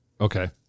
Okay